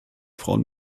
frauen